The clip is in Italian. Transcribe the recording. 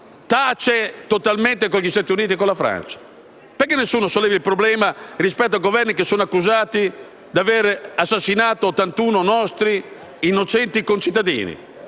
tace totalmente con gli Stati Uniti e con la Francia? Perché nessuno solleva il problema rispetto a Governi che sono accusati di aver assassinato 81 nostri innocenti concittadini?